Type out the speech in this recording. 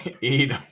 eat